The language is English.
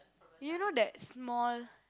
you know that small